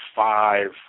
five